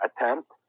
attempt